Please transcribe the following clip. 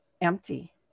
empty